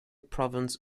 province